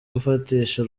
gufatisha